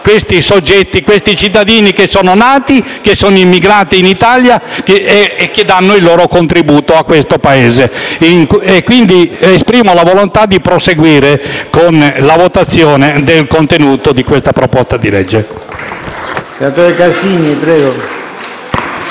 nostra comunità questi cittadini, che sono nati, che sono immigrati in Italia e che danno il loro contributo a questo Paese. Esprimo quindi la volontà di proseguire con la votazione del contenuto di questa proposta di legge.